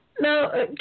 Now